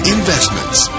Investments